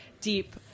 deep